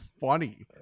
funny